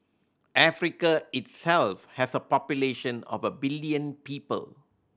Africa itself has a population of a billion people